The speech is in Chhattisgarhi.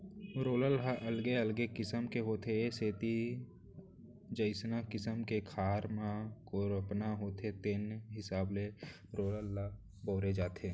रोलर ह अलगे अलगे किसम के होथे ए सेती जइसना किसम के खार ल कोपरना होथे तेने हिसाब के रोलर ल बउरे जाथे